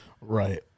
Right